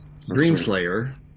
Dreamslayer